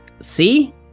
See